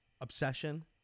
obsession